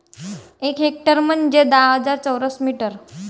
एक हेक्टर म्हंजे दहा हजार चौरस मीटर